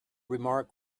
remark